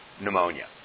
pneumonia